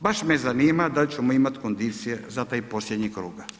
Baš me zanima da li ćemo imati kondicije za taj posljednji krug.